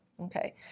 Okay